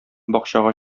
бакчага